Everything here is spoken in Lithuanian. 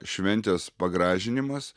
šventės pagražinimas